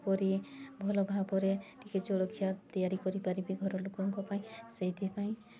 କିପରି ଭଲ ଭାବରେ ଟିକେ ଜଳଖିଆ ତିଆରି କରିପାରିବି ଘର ଲୋକଙ୍କ ପାଇଁ ସେଇଥିପାଇଁ